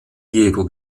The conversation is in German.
diego